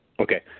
Okay